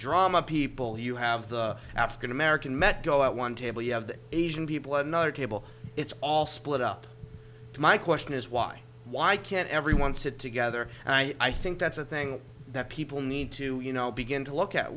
drama people you have the african american met go out one table you have the asian people at another table it's all split up my question is why why can't everyone sit together and i think that's a thing that people need to you know begin to look at